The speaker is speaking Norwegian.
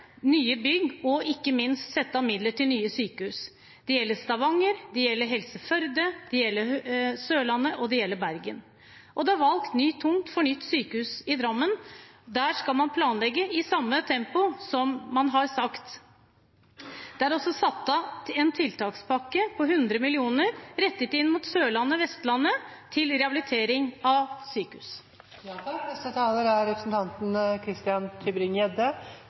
nye sykehus. Det gjelder Stavanger, det gjelder Helse Førde, det gjelder Sørlandet, og det gjelder Bergen. Det er valgt ny tomt for nytt sykehus i Drammen. Der skal man planlegge i samme tempo som man har sagt. Det er også satt av en tiltakspakke på 100 mill. kr rettet inn mot Sørlandet og Vestlandet, til rehabilitering av